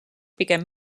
pigem